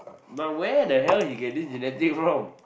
but where the hell he get this genetic from